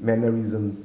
mannerisms